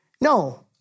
No